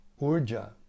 Urja